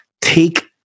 take